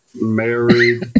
married